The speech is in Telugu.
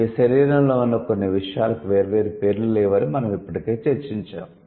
మీ శరీరంలో ఉన్న కొన్ని విషయాలకు వేర్వేరు పేర్లు లేవని మనం ఇప్పటికే చర్చించాము